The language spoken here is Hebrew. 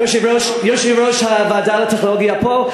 יושב-ראש הוועדה לטכנולוגיה פה.